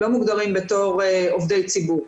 לא מוגדרים בתור עובדי ציבור.